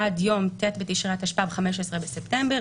עד יום ט' בתשרי התשפ"ב (15 בספטמבר 2021),